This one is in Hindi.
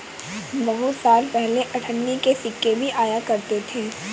बहुत साल पहले अठन्नी के सिक्के भी आया करते थे